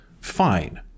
fine